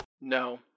No